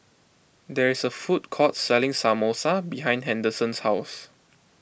there is a food court selling Samosa behind Henderson's house